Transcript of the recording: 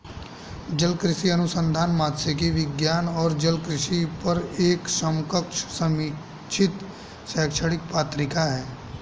जलकृषि अनुसंधान मात्स्यिकी विज्ञान और जलकृषि पर एक समकक्ष समीक्षित शैक्षणिक पत्रिका है